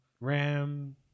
RAM